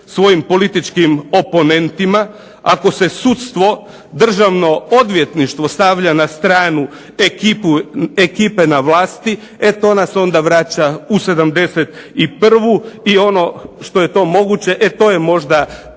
svojim političkim oponentima, ako se sudstvo, Državno odvjetništvo stavlja na stranu ekipe na vlasti, e to nas onda vraća u '71. i ono što je to moguće, e to je možda